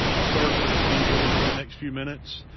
a third one is being released in the next few minutes.